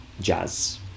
jazz